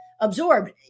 absorbed